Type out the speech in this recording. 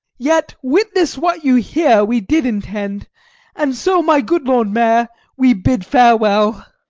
yet witness what you hear we did intend and so, my good lord mayor, we bid farewell.